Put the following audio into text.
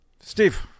Steve